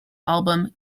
album